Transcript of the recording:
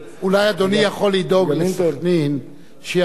אולי אדוני יכול לדאוג לסח'נין שיחזירו